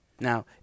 Now